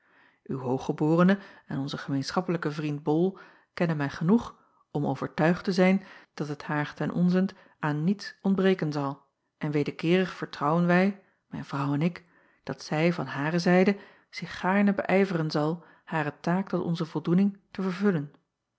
w ooggeb en onze gemeenschappelijke vriend ol kennen mij genoeg om overtuigd te zijn dat het haar ten onzent aan niets ontbreken zal en wederkeerig vertrouwen wij mijn vrouw en ik dat zij van hare zijde zich gaarne beijveren zal hare taak tot onze voldoening te vervullen